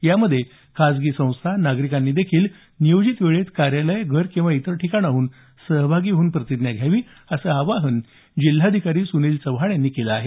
यामध्ये खासगी संस्था नागरिकांनी देखील नियोजित वेळेस कार्यालय घर किंवा इतर ठिकाणाहून सहभागी होऊन प्रतिज्ञा घ्यावी असं आवाहन जिल्हाधिकारी सुनील चव्हाण यांनी केलं आहे